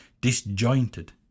disjointed